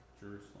Jerusalem